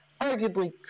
arguably